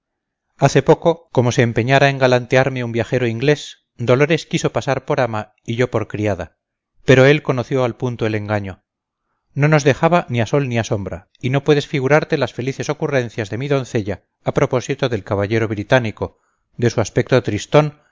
hace poco como se empeñara en galantearme un viajero inglés dolores quiso pasar por ama y yo por criada pero él conoció al punto el engaño no nos dejaba ni a sol ni a sombra y no puedes figurarte las felices ocurrencias de mi doncella a propósito del caballero británico de su aspecto tristón